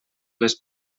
les